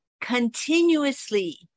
continuously